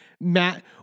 Matt